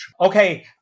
Okay